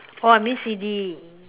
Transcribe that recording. oh I miss C_D